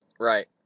Right